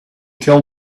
kill